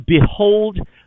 Behold